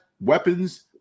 weapons